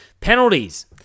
Penalties